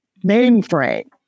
mainframe